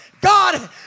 God